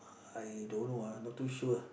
I don't know ah not too sure